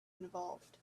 involved